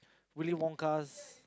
Willy Wonka's